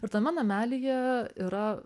ir tame namelyje yra